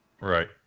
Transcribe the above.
Right